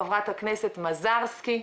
חברת הכנסת מזרסקי,